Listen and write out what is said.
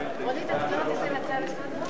ההצעה להעביר את הנושא